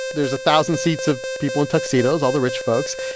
there's a thousand seats of people in tuxedos, all the rich folks.